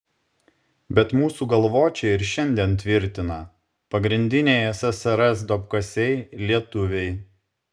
bet mūsų galvočiai ir šiandien tvirtina pagrindiniai ssrs duobkasiai lietuviai